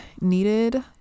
needed